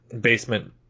basement